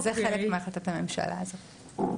זה חלק מהחלטת הממשלה הזאת.